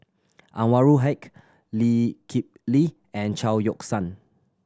Anwarul Haque Lee Kip Lee and Chao Yoke San